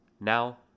Now